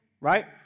Right